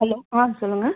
hello ஆ சொல்லுங்கள்